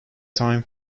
time